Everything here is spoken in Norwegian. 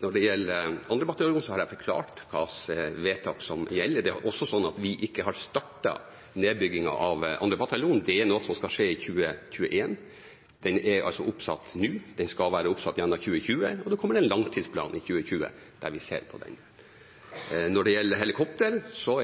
gjelder 2. bataljon, har jeg forklart hvilke vedtak som gjelder. Det er også sånn at vi ikke har startet nedbyggingen av 2. bataljon. Det er noe som skal skje i 2021. Den er altså oppsatt nå, den skal være oppsatt gjennom 2020, og det kommer en langtidsplan i 2020 der vi ser på den. Når det gjelder helikoptre,